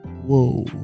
whoa